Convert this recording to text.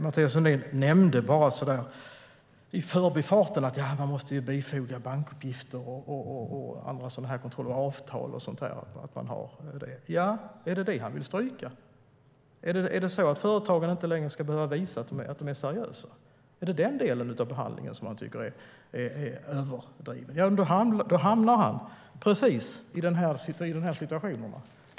Mathias Sundin nämnde lite i förbifarten att företagen måste bifoga bankuppgifter, avtal och annat. Vill han stryka det? Ska företagen inte längre behöva visa att de är seriösa? Är det den delen av behandlingen han tycker är överdriven?